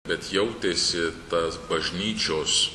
bet jautėsi tas bažnyčios